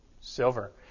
Silver